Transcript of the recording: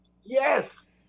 yes